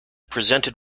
presented